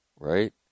Right